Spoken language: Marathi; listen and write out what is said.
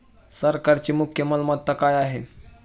सरकारची मुख्य मालमत्ता काय आहे?